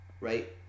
right